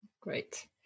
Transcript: Great